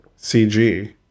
CG